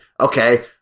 okay